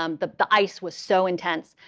um the the ice was so intense.